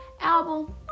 album